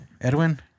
Edwin